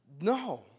No